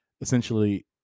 essentially